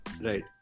Right